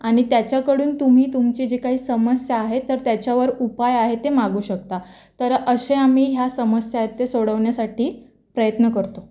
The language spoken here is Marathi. आणि त्याच्याकडून तुम्ही तुमचे जे काही समस्या आहे तर त्याच्यावर उपाय आहे ते मागू शकता तर असे आम्ही ह्या समस्या आहेत ते सोडवण्यासाठी प्रयत्न करतो